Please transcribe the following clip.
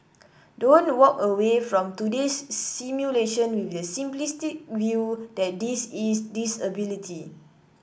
don't walk away from today's simulation with the simplistic view that this is disability